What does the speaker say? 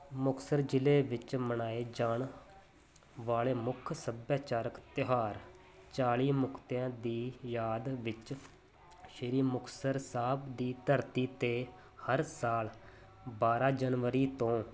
ਮੁਕਤਸਰ ਜ਼ਿਲ੍ਹੇ ਵਿੱਚ ਮਨਾਏ ਜਾਣ ਵਾਲੇ ਮੁੱਖ ਸੱਭਿਆਚਾਰਕ ਤਿਉਹਾਰ ਚਾਲੀ ਮੁਕਤਿਆਂ ਦੀ ਯਾਦ ਵਿੱਚ ਸ਼੍ਰੀ ਮੁਕਤਸਰ ਸਾਹਿਬ ਦੀ ਧਰਤੀ 'ਤੇ ਹਰ ਸਾਲ ਬਾਰਾਂ ਜਨਵਰੀ ਤੋਂ